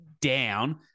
down